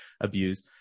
abuse